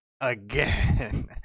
again